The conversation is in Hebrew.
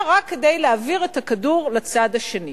אלא רק כדי להעביר את הכדור לצד השני.